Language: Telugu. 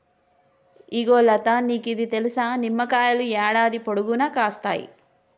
ఇగో లతా నీకిది తెలుసా, నిమ్మకాయలు యాడాది పొడుగునా కాస్తాయి